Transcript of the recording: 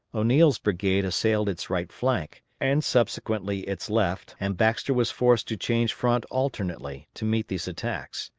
o'neill's brigade assailed its right flank, and subsequently its left, and baxter was forced to change front alternately, to meet these attacks.